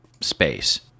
space